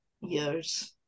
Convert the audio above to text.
years